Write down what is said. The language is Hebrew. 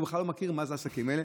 הוא בכלל לא מכיר מה זה השקים האלה,